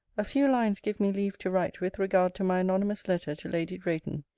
a few lines give me leave to write with regard to my anonymous letter to lady drayton.